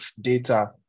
data